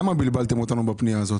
למה בלבלתם אותנו בפנייה הזאת?